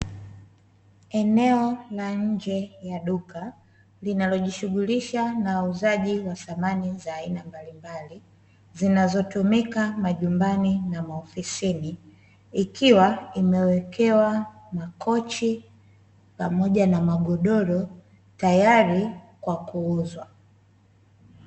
Eneo la nje ya duka linalojishughulisha na uuzaji wa samani za aina mbalimbali zinazotumika majumbani na maofisini, ikiwa imewekewa makochi pamoja na magodoro ,tayari kwa kuuzwa.